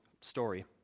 story